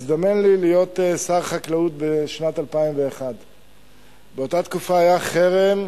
הזדמן לי להיות שר החקלאות בשנת 2001. באותה תקופה היה חרם,